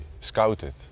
scouted